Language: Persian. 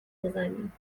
بزنیم